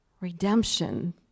redemption